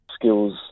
skills